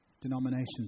denominations